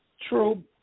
True